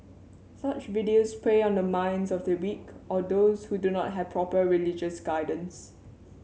such videos prey on the minds of the weak or those who do not have proper religious guidance